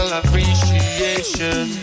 appreciation